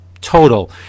total